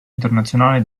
internazionale